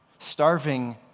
Starving